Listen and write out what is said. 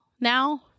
now